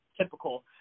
typical